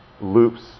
loops